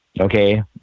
Okay